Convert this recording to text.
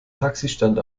taxistand